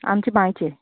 आमचें बांयचें